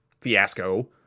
fiasco